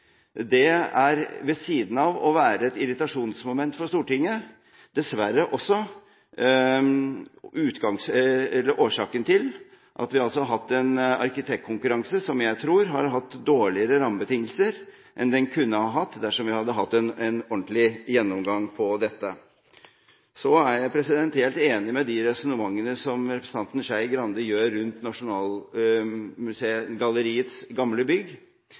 Ved siden av å være et irritasjonsmoment for Stortinget er dette dessverre også årsaken til at vi har hatt en arkitektkonkurranse som jeg tror har hatt dårligere rammebetingelser enn den kunne hatt dersom vi hadde hatt en ordentlig gjennomgang av dette. Så er jeg helt enig i de resonnementene som representanten Skei Grande hadde om Nasjonalgalleriets gamle bygg.